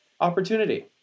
opportunity